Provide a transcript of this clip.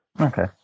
Okay